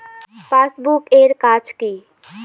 Passbook এর কাজ কি?